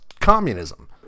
communism